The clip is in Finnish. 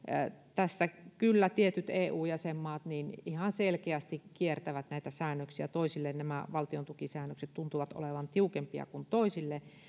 tässä kyllä tietyt eu jäsenmaat ihan selkeästi kiertävät näitä säännöksiä toisille nämä valtiontukisäännökset tuntuvat olevan tiukempia kuin toisille